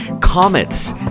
comets